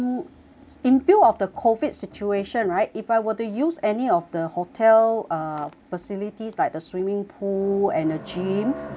in view of the COVID situation right if I were to use any of the hotel uh facilities like the swimming pool and the gym do I